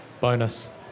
bonus